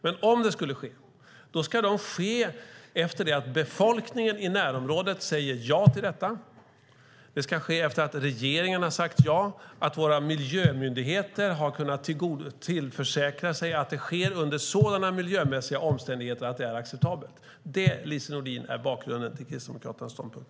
Men om det skulle ske skulle det göra det efter att folket i närområdet har sagt ja till detta, efter att regeringen har sagt ja och efter att våra miljömyndigheter har kunnat försäkra sig om att det sker under sådana miljömässiga omständigheter att det är acceptabelt. Det, Lise Nordin, är bakgrunden till Kristdemokraternas ståndpunkt.